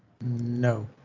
No